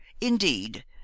indeed